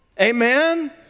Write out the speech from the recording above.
Amen